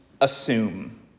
assume